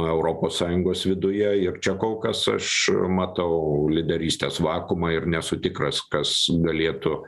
europos sąjungos viduje ir čia kol kas aš matau lyderystės vakuumą ir nesu tikras kas galėtų